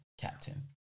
Captain